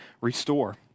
Restore